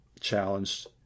challenged